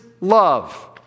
love